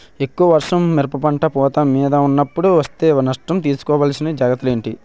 ఎక్కువ వర్షం మిరప పంట పూత మీద వున్నపుడు వేస్తే నష్టమా? తీస్కో వలసిన జాగ్రత్తలు ఏంటి?